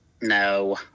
No